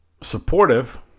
supportive